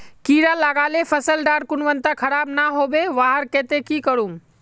कीड़ा लगाले फसल डार गुणवत्ता खराब ना होबे वहार केते की करूम?